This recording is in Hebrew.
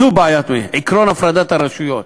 זו בעיית משילות, עקרון הפרדת הרשויות,